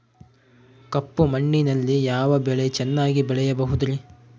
ಕಪ್ಪು ಮಣ್ಣಿನಲ್ಲಿ ಯಾವ ಬೆಳೆ ಚೆನ್ನಾಗಿ ಬೆಳೆಯಬಹುದ್ರಿ?